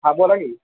हां बोला की